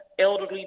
elderly